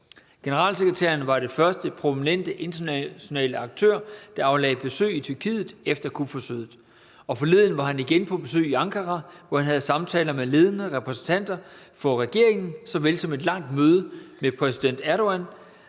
Generalsekretæren var den første prominente internationale aktør, der aflagde besøg i Tyrkiet efter kupforsøget. Forleden var han igen på besøg i Ankara, hvor han havde samtaler med ledende repræsentanter for regeringen så vel som et langt møde med præsident Erdogan,